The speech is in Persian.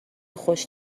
خوش